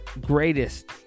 Greatest